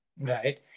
Right